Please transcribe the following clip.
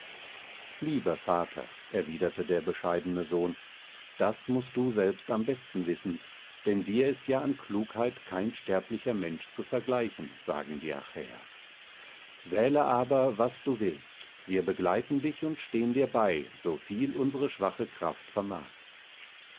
lieber vater erwiderte der bescheidene sohn das mußt du selbst am besten wissen denn dir ist ja an klugheit kein sterblicher mensch zu vergleichen sagen die achäer wähle aber was du willst wir begleiten dich und stehen dir bei so viel unsere schwache kraft vermag